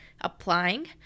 applying